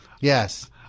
Yes